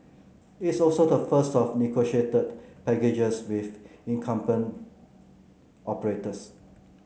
it's also the first of negotiated packages with incumbent operators